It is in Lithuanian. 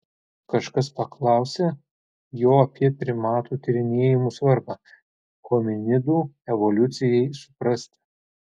kažkas paklausė jo apie primatų tyrinėjimų svarbą hominidų evoliucijai suprasti